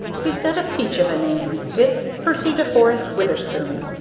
he's got a peach of a name. it's percy de forest witherspoon.